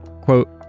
quote